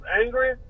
angry